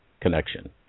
connection